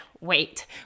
wait